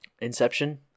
Inception